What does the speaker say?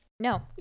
No